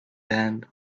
hand